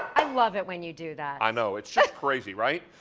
i love it when you do that. i know, it's just crazy, right?